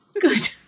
good